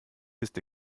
ist